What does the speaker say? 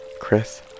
Chris